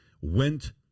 went